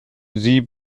sie